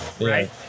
right